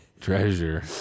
treasure